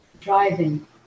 driving